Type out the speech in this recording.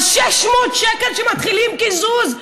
על 600 שקל שמתחילים קיזוז.